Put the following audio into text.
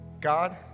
God